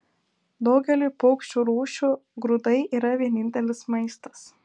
daugeliui paukščių rūšių grūdai yra vienintelis maistas